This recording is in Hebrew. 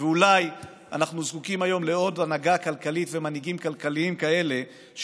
ואולי אנחנו זקוקים היום לעוד הנהגה כלכלית ומנהיגים כלכליים כאלה,